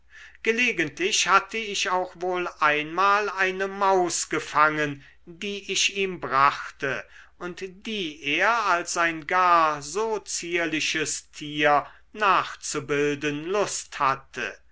gelegentlich hatte ich auch wohl einmal eine maus gefangen die ich ihm brachte und die er als ein gar so zierliches tier nachzubilden lust hatte